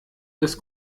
des